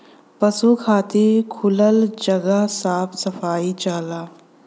पसु खातिर खुलल जगह साफ सफाई चाहला